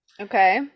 okay